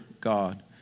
God